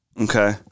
okay